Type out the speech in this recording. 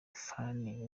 phanny